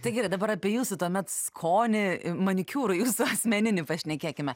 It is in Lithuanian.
tai gerai dabar apie jūsų tuomet skonį manikiūrui jūsų asmeninį pašnekėkime